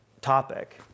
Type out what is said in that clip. topic